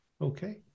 okay